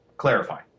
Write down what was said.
Clarify